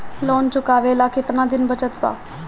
Loan चुकावे ला कितना दिन बचल बा?